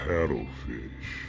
Paddlefish